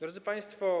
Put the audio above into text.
Drodzy Państwo!